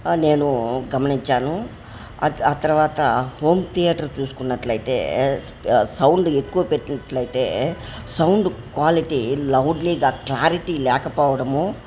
నేను గమనించాను ఆ తరువాత హోమ్ థియేటర్ చూసుకున్నట్లయితే సౌండ్ ఎక్కువ పెట్టినట్లయితే సౌండ్ క్వాలిటీ లౌడ్లీగా క్లారిటీ లేకపోవడము